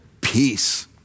Peace